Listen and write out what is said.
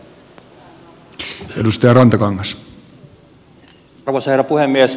arvoisa herra puhemies